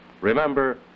remember